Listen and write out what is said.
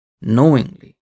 knowingly